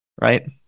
right